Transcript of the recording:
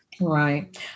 Right